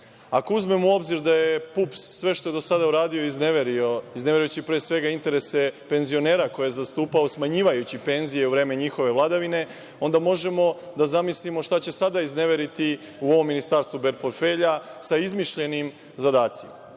Ako uzmemo u obzir da je PUPS sve što je do sada uradio izneverio, iznevereći pre svega interese penzionera koje je zastupao smanjujući penzije u vreme njihove vladavine, onda možemo da zamislimo šta će sada izneveriti u ovom ministarstvu bez portfelja sa izmišljenim zadacima.